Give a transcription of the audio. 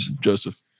Joseph